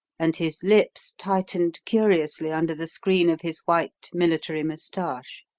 and his lips tightened curiously under the screen of his white, military moustache.